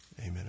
Amen